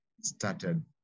started